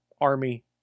Army